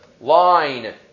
Line